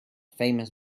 famous